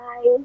Bye